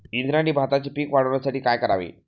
इंद्रायणी भाताचे पीक वाढण्यासाठी काय करावे?